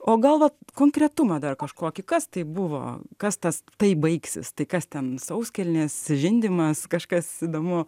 o gal vat konkretumą dar kažkokį kas tai buvo kas tas taip baigsis tai kas ten sauskelnės žindymas kažkas įdomu